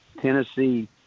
Tennessee